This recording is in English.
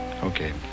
Okay